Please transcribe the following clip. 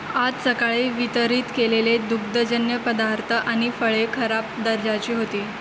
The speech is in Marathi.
आज सकाळी वितरित केलेले दुग्धजन्य पदार्थ आणि फळे खराब दर्जाची होती